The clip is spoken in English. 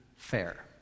fair